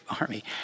army